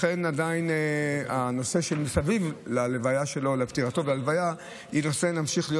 לכן הנושא שמסביב להלוויה שלו ממשיך להיות